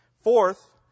Fourth